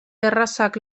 errazak